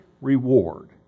reward